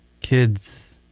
Kids